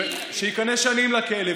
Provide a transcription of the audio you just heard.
שייכנס לשנים לכלא.